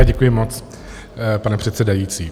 Děkuji moc, pane předsedající.